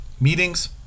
meetings